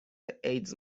ایدز